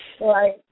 Right